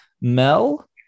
Mel